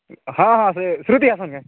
ହଁ ହଁ ସୃତି ହାସନ୍ କେ